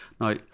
Now